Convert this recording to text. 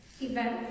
event